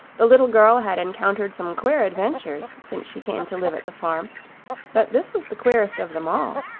the little girl had encountered some queer adventures since she came to live at the farm but this was the queerest of them all.